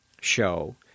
show